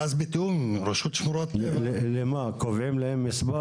ואז בתאום עם רשות שמורות --- קובעים להם מספר?